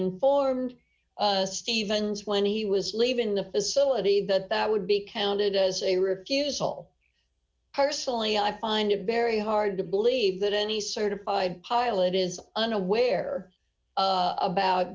informed stevens when he was leaving the facility that that would be counted as a refusal personally i find it very hard to believe that any certified pilot is unaware of about